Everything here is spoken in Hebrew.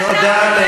אני